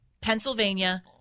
Pennsylvania